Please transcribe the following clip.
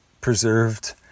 preserved